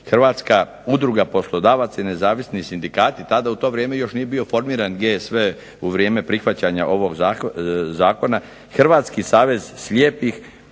Hrvatska udruga poslodavaca i nezavisni sindikati. Tada u to vrijeme još nije bio formiran GSV u vrijeme prihvaćanja ovog zakona. Hrvatski savez slijepih